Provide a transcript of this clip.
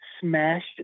smashed